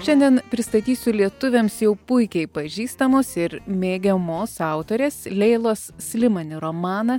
šiandien pristatysiu lietuviams jau puikiai pažįstamos ir mėgiamos autorės leilos slimani romaną